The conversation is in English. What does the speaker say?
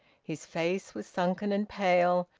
his face was sunken and pale,